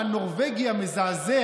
ראש ממשלת ההונאה?